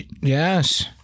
Yes